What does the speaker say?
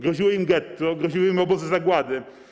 Groziło im getto, groziły im obozy zagłady.